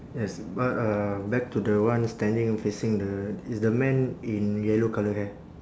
yes but uh back to the one standing facing the is the man in yellow colour hair